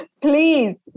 Please